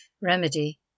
Remedy